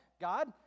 God